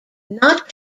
not